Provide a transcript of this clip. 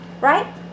Right